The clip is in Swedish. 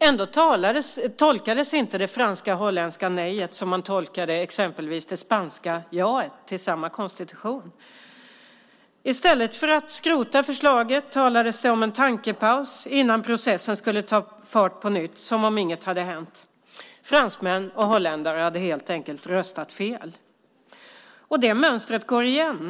Ändå tolkades inte det franska och holländska nejet som man tolkade exempelvis det spanska jaet till samma konstitution. I stället för att skrota förslaget talades det om en tankepaus innan processen skulle ta fart på nytt, som om inget hade hänt. Fransmän och holländare hade helt enkelt röstat fel. Det mönstret går igen.